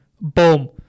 Boom